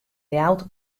ljouwert